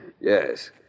Yes